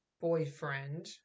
boyfriend